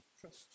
trust